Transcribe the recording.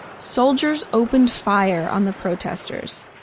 soldiers opened fire on the protesters.